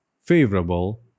favorable